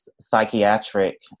psychiatric